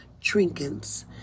trinkets